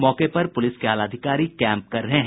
मौके पर पुलिस के आलाधिकारी कैंप कर रहे हैं